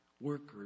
Workers